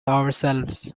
ourselves